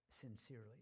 sincerely